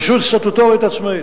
רשות סטטוטורית עצמאית.